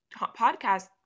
podcast